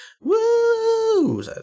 Woo